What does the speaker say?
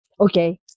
okay